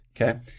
okay